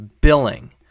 billing